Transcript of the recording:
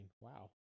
Wow